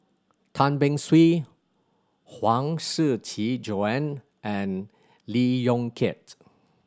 Tan Beng Swee Huang Shiqi Joan and Lee Yong Kiat